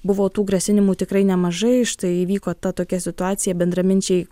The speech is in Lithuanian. buvo tų grasinimų tikrai nemažai štai įvyko ta tokia situacija bendraminčiai